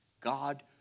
God